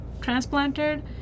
transplanted